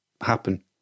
happen